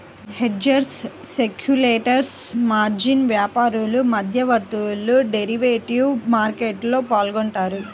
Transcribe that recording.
hedgers, speculators, margin వ్యాపారులు, మధ్యవర్తులు derivative మార్కెట్లో పాల్గొంటారు